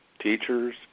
teachers